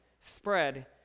spread